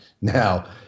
now